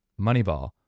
Moneyball